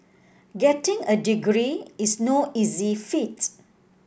getting a degree is no easy feat